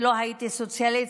כי לא הייתי סוציאליסט,